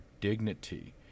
dignity